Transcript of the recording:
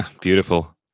Beautiful